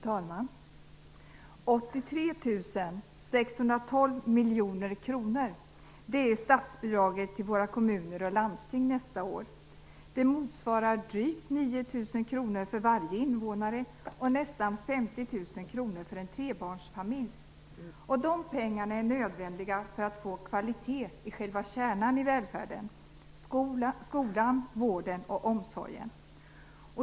Fru talman! 83 612 miljoner kronor, det är statsbidraget till våra kommuner och landsting nästa år. Det motsvarar drygt 9 000 kr för varje invånare och nästan 50 000 kr för en trebarnsfamilj. Dessa pengarna är nödvändiga för att få kvalitet i själva kärnan i välfärden - skolan, vården och omsorgen.